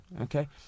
Okay